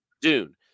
Dune